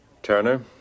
Turner